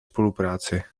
spolupráci